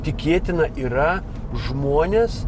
tikėtina yra žmonės